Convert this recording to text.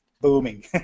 booming